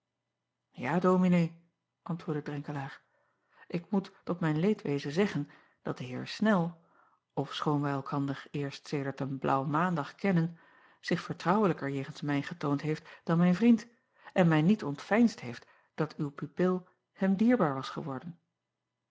a ominee antwoordde renkelaer ik moet tot mijn leedwezen zeggen dat de eer nel ofschoon wij elkander eerst sedert een blaauw maandag kennen zich vertrouwelijker jegens mij getoond heeft dan mijn vriend en mij niet ontveinsd heeft dat uw pupil hem dierbaar was geworden